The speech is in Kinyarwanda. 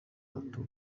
bato